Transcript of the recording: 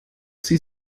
sie